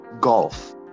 golf